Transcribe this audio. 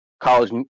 college